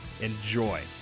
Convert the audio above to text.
enjoy